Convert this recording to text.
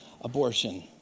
abortion